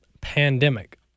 pandemic